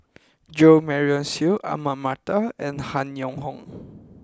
Jo Marion Seow Ahmad Mattar and Han Yong Hong